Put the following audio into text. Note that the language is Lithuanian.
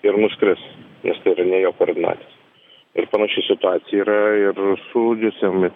ir nuskris nes tai yra ne jo koordinatės ir panaši situacija yra ir su gms